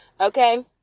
Okay